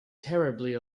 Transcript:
terribly